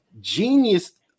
genius